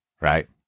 right